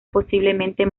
posiblemente